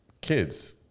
kids